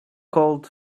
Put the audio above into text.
cold